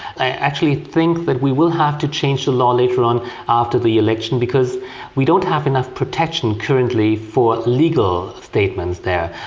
i actually think that we will have to change the law later on after the election because we don't have enough protection currently for legal statements there.